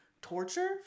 torture